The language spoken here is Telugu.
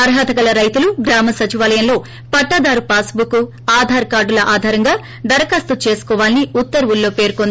అర్థత గల రైతులు గ్రామ సచివాలయంలో పట్టాదారు పాస్బుక్ ఆధార్ కార్గుల ఆధారంగా దరఖస్తు చేసుకోవాలని ఉత్తర్వుల్లో పేర్కొంది